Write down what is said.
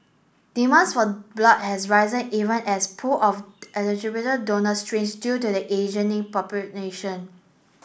demands for blood has risen even as pool of eligible donors shrinks due to the population